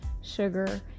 sugar